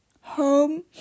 home